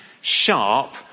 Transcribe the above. sharp